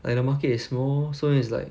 like the market is small so it's like